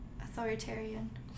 authoritarian